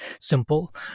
simple